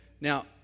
Now